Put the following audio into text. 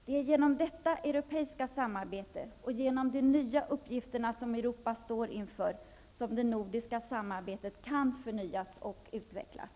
Det är med hjälp av detta europeiska samarbete och de nya uppgifterna som Europa står inför som det nordiska samarbetet kan förnyas och utvecklas.